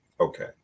Okay